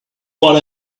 what